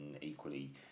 equally